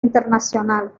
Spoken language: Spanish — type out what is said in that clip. internacional